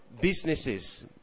businesses